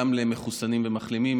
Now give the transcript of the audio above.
גם למחוסנים ולמחלימים,